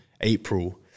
April